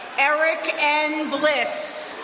eric n. bliss.